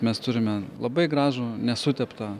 mes turime labai gražų nesuteptą